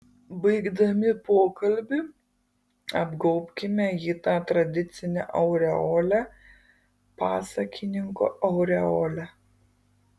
baigdami pokalbį apgaubkime jį ta tradicine aureole pasakininko aureole